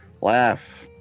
laugh